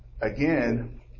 again